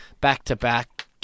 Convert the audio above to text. back-to-back